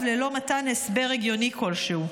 ללא מתן הסבר הגיוני כלשהו,